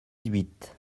huit